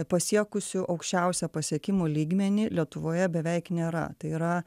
pasiekusių aukščiausią pasiekimų lygmenį lietuvoje beveik nėra tai yra